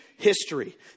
History